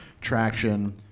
traction